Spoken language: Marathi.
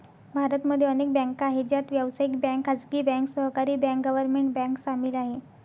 भारत मध्ये अनेक बँका आहे, ज्यात व्यावसायिक बँक, खाजगी बँक, सहकारी बँक, गव्हर्मेंट बँक सामील आहे